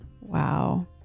Wow